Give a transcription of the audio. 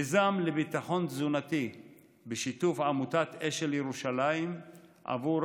מיזם לביטחון תזונתי בשיתוף עמותת אשל ירושלים עבור